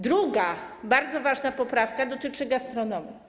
Druga bardzo ważna poprawka dotyczy gastronomii.